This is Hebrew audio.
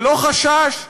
ללא חשש,